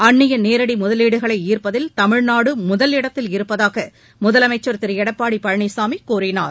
அன்னிய நேரடி முதலீடுகளை ஈப்பதில் தமிழ்நாடு முதலிடத்தில் இருப்பதாக முதலமைச்சர் திரு எடப்பாடி பழனிசாமி கூறினார்